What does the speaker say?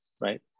right